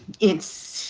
it's,